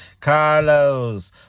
Carlos